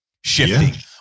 shifting